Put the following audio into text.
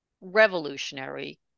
revolutionary